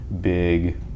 big